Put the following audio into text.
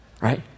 right